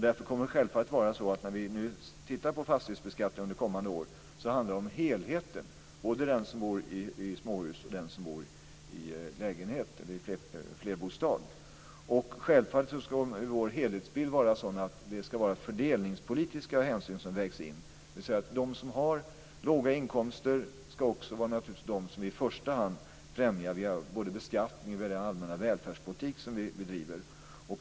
Därför kommer det självklart att vara så när vi tittar på fastighetsbeskattningen under kommande år att det handlar om helheten. Det handlar både om dem som bor i småhus och om dem som bor i lägenhet, alltså i flerbostadshus. Självklart ska vår helhetsbild vara att det ska vara fördelningspolitiska hänsyn som vägs in. De som har låga inkomster ska naturligtvis också vara dem som vi i första hand främjar genom beskattningen och genom den allmänna välfärdspolitik som vi bedriver.